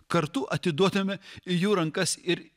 kartu atiduodame į jų rankas ir